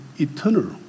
eternal